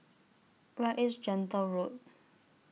Where IS Gentle Road